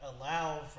allow